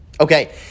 Okay